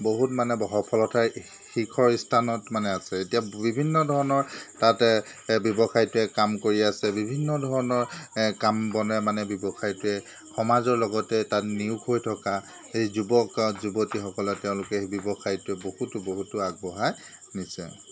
বহুত মানে ব সফলতাই শিখৰ স্থানত মানে আছে এতিয়া বিভিন্ন ধৰণৰ তাতে ব্যৱসায়টোৱে কাম কৰি আছে বিভিন্ন ধৰণৰ কাম বনে মানে ব্যৱসায়টোৱে সমাজৰ লগতে তাত নিয়োগ হৈ থকা সেই যুৱক যুৱতীসকলক তেওঁলোকে সেই ব্যৱসায়টোৱে বহুতো বহুতো আগবঢ়াই নিছে